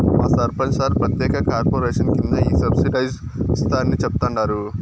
మా సర్పంచ్ సార్ ప్రత్యేక కార్పొరేషన్ కింద ఈ సబ్సిడైజ్డ్ ఇస్తారని చెప్తండారు